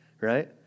right